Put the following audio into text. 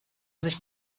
sich